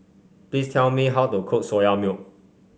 please tell me how to cook Soya Milk